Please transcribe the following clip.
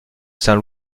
saint